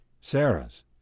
Sarah's